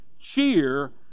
cheer